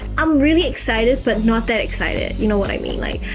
i'm really excited but not that excited you know what i mean? like.